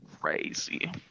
crazy